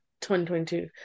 2022